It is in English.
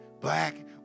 Black